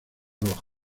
rojo